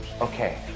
Okay